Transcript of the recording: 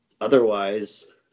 Otherwise